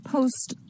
Post